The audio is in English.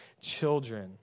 children